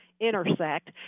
intersect